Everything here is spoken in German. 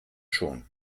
schon